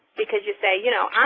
because you say, you know,